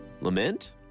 Lament